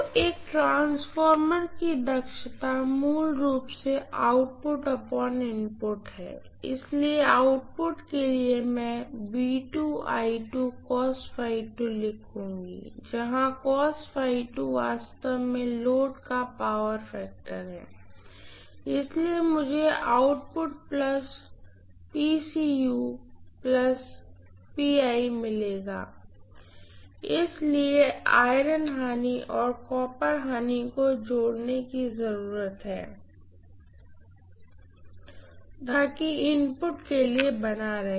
तो एक ट्रांसफार्मर की दक्षता मूल रूप से है इसलिए आउटपुट के लिए मैं लिखूंगा जहाँ वास्तव में लोड का पावर फैक्टर है इसलिए मुझे मिलेगा इसलिए आयरन लॉस और कॉपर लॉसको जोड़ने की जरूरत है ताकि इनपुट के लिए बना रहे